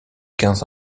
quinze